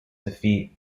defeat